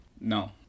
No